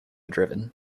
driven